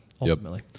Ultimately